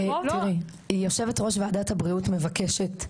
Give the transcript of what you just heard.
תראי, יושבת ראש ועדת הבריאות מבקשת,